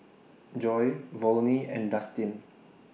Joy Volney and Dustin